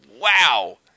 Wow